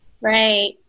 Right